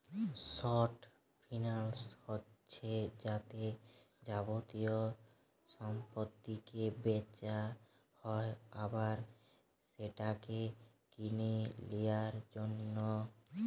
short finance হচ্ছে যাতে যাবতীয় সম্পত্তিকে বেচা হয় আবার সেটাকে কিনে লিয়ার জন্যে